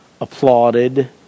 applauded